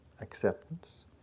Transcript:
acceptance